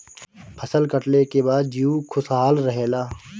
फसल कटले के बाद जीउ खुशहाल रहेला